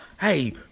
Hey